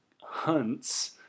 hunts